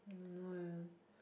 I don't know eh